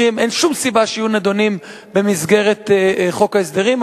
אין שום סיבה שיהיו נדונים במסגרת חוק ההסדרים,